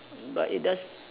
but it does